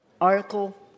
Article